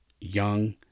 young